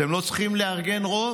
אתם לא צריכים לארגן רוב,